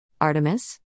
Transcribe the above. Artemis